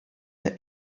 der